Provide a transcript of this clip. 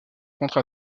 contre